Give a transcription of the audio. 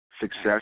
Success